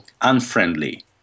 unfriendly